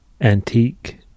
antique